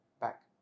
back